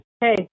Hey